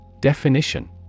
Definition